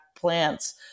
plants